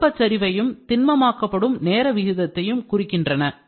வெப்பச் சரிவையும் தின்மமாக்கப்படும் நேர விகிதத்தையும் குறிக்கின்றன